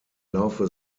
laufe